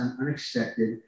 unexpected